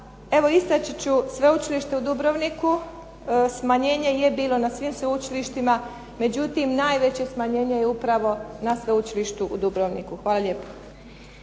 evo istaći ću Sveučilište u Dubrovniku smanjenje je bilo na svim sveučilištima, međutim najveće smanjenje je upravo na Sveučilištu u Dubrovniku. Hvala lijepa.